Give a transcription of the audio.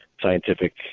scientific